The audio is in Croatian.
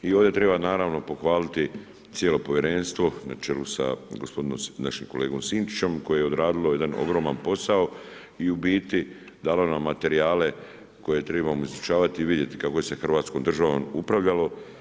I ovdje treba naravno pohvaliti cijelo povjerenstvo na čelu sa gospodinom, našim kolegom Sinčićem koje je odradilo jedan ogroman posao i u biti dalo nam materijale koje trebamo izučavati i vidjeti kako se Hrvatskom državom upravljalo.